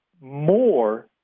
more